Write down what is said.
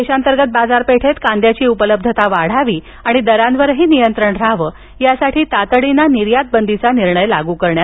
देशांतर्गत बाजारपेठेत कांद्याची उपलब्धता वाढावी आणि दरांवरही नियंत्रण रहावं यासाठी तातडीनं निर्यात बंदीचा निर्णय लागू करण्यात आला आहे